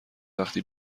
وقتی